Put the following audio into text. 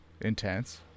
intense